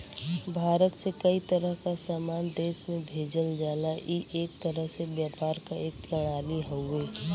भारत से कई तरह क सामान देश में भेजल जाला ई एक तरह से व्यापार क एक प्रणाली हउवे